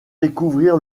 découvrir